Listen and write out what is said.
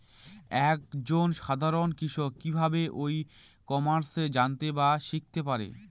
এক জন সাধারন কৃষক কি ভাবে ই কমার্সে জানতে বা শিক্ষতে পারে?